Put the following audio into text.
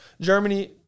Germany